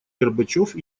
горбачев